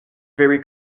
very